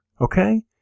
Okay